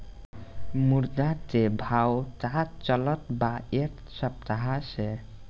मुर्गा के भाव का चलत बा एक सप्ताह से?